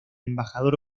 embajador